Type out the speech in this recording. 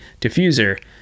diffuser